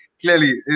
clearly